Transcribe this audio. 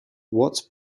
watts